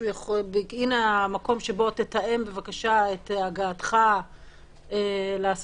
הינה המקום שבו תתאם בבקשה את הגעתך לסדנה,